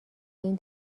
این